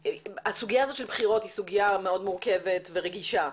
הסוגיה הזו של בחירות היא סוגיה מאוד מורכבת ורגישה.